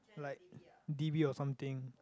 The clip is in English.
like d_b or something